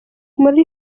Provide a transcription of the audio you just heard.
muri